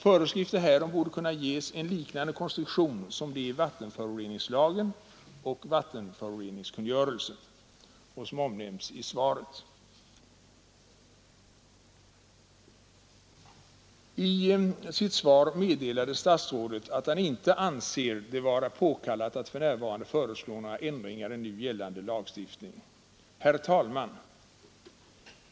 Föreskrifter härom borde kunna ges en liknande konstruktion som den i vattenföroreningslagen och vattenföroreningskungörelsen, vilken omnämnts i svaret. Statsrådet meddelar att han inte anser det vara påkallat att för närvarande föreslå några ändringar i nu gällande lagstiftning. Herr talman!